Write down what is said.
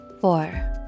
Four